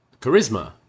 charisma